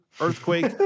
earthquake